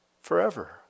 forever